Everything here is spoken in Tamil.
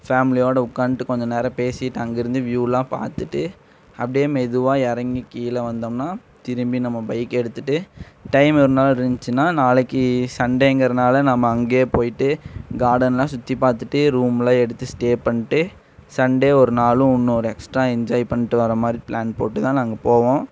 ஃபேம்லியோட உட்கான்ட்டு கொஞ்சம் நேரம் பேசிட்டு அங்கே இருந்து வியூலாம் பார்த்துட்டு அப்படியே மெதுவாக இறங்கி கீழே வந்தோம்னால் திரும்பி நம்ப பைக் எடுத்துட்டு டைம் ஒரு நாள் இருந்திச்சினா நாளைக்கு சண்டேங்கிறனால நாம் அங்கே போயிட்டு கார்டனெலாம் சுற்றி பார்த்துட்டு ரூம்லாம் எடுத்து ஸ்டே பண்ணிட்டு சண்டே ஒரு நாளும் இன்னும் ஒரு எக்ஸ்ட்ரா என்ஜாய் பண்ணிட்டு வர மாதிரி பிளான் போட்டு தான் நாங்கள் போவோம்